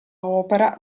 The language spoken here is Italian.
opera